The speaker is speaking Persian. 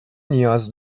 نیاز